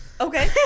Okay